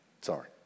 Sorry